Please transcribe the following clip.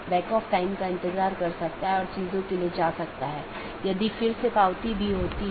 यहां R4 एक स्रोत है और गंतव्य नेटवर्क N1 है इसके आलावा AS3 AS2 और AS1 है और फिर अगला राउटर 3 है